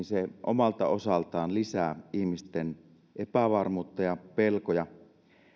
se omalta osaltaan lisää ihmisten epävarmuutta ja pelkoja